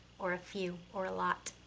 or a few. or a lot.